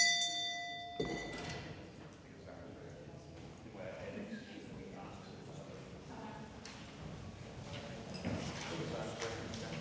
hvad er det